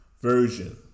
Version